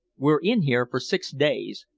we're in here for six days,